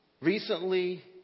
Recently